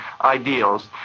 ideals